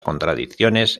contradicciones